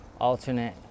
alternate